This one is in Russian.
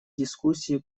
дискуссии